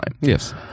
yes